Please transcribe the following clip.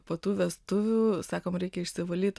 po tų vestuvių sakom reikia išsivalyt